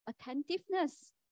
attentiveness